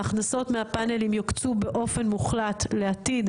ההכנסות מהפאנלים יוקצו באופן מוחלט לעתיד